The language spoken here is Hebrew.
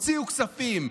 הוציאו כספים,